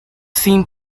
seem